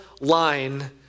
line